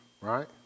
right